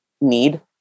need